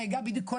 בדיוק,